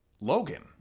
Logan